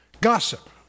Gossip